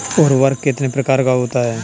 उर्वरक कितने प्रकार का होता है?